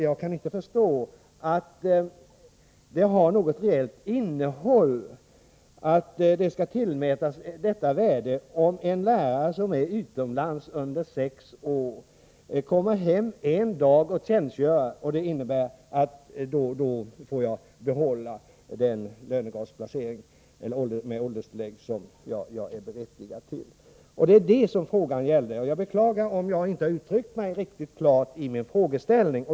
Jag kan inte förstå att det värde som på angivet sätt tillmäts en lärare som varit utomlands under sex år och kommer hem en dag och tjänstgör har något reellt innehåll. Denna tjänstgöringsdag medför att han får behålla sin lönegradsplacering med ålderstillägg. Det är det som frågan gällde, och jag beklagar om jag inte har uttryckt mig riktigt klart i min frågeställning.